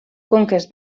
conques